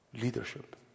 leadership